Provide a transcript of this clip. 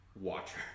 watcher